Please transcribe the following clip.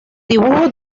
dibujos